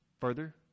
further